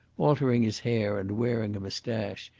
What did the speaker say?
altering his hair and wearing a moustache,